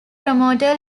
promoter